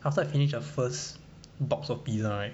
after I finish the first box of pizza right